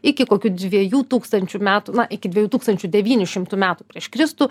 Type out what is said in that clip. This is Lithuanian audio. iki kokių dviejų tūkstančių metų na iki dviejų tūkstančių devynių šimtų metų prieš kristų